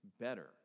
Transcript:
better